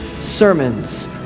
sermons